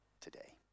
today